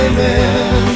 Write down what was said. Amen